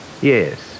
Yes